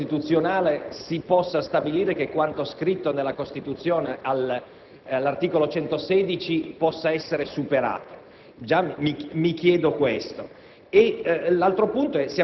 sia pure per legge costituzionale, si possa stabilire che quanto previsto dalla Costituzione all'articolo 116 possa essere superato. Ho dato